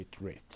rate